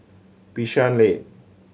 Bishan Lane